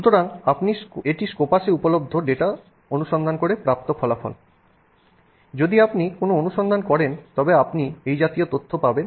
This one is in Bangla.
সুতরাং এটি একটি স্কোপাসে উপলব্ধ ডেটা অনুসন্ধান করে প্রাপ্ত ফলাফল যদি আপনি কোনও অনুসন্ধান করেন তবে আপনি এই জাতীয় তথ্য পেতে পারেন